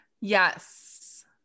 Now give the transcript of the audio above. Yes